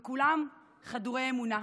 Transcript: וכולם חדורי אמונה.